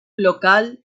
local